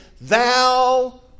thou